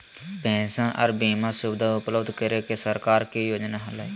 pension आर बीमा सुविधा उपलब्ध करे के सरकार के योजना हलय